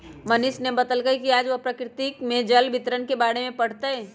मनीष ने बतल कई कि आज वह प्रकृति में जल वितरण के बारे में पढ़ तय